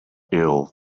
ill